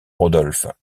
rodolphe